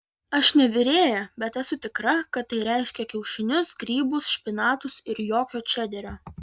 aš ne virėja bet esu tikra kad tai reiškia kiaušinius grybus špinatus ir jokio čederio